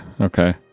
Okay